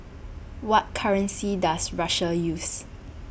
What currency Does Russia use